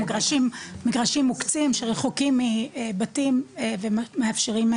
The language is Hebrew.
מגרשים מוקצים שרחוקים מבתים ומאפשרים,